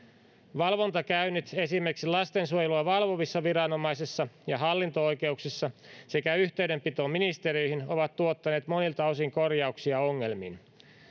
valvontakäynnit esimerkiksi lastensuojelua valvovissa viranomaisissa ja hallinto oikeuksissa sekä yhteydenpito ministereihin ovat tuottaneet monilta osin korjauksia ongelmiin